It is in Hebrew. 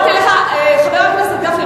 חבר הכנסת גפני,